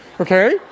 okay